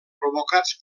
provocats